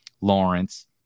Lawrence